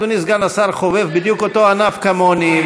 אדוני סגן השר חובב בדיוק אותו ענף כמוני,